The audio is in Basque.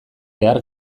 behar